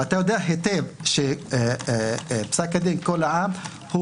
ואתה יודע היטב שפסק הדין קול העם הוא